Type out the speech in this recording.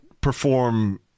perform